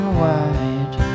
wide